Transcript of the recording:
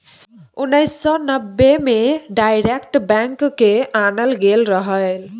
उन्नैस सय नब्बे मे डायरेक्ट बैंक केँ आनल गेल रहय